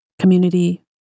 community